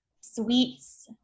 Sweets